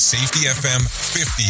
SafetyFM50